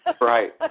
Right